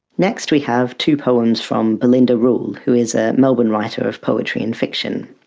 next we have two poems from belinda rule who is a melbourne writer of poetry and fiction.